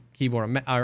keyboard